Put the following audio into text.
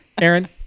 Aaron